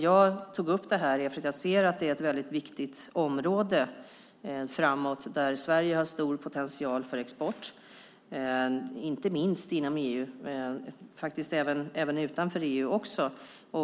Jag tog upp det för att jag ser att det är ett viktigt område framåt där Sverige har stor potential för export, inte minst inom EU men även utanför.